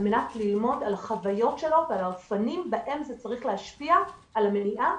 מנת ללמוד על החוויות שלו ועל האופנים בהם זה צריך להשפיע על המניעה.